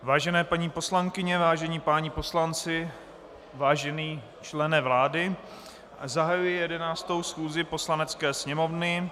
Vážené paní poslankyně, vážení páni poslanci, vážený člene vlády, zahajuji 11. schůzi Poslanecké sněmovny.